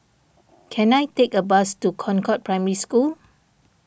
can I take a bus to Concord Primary School